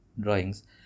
drawings